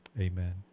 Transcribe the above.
Amen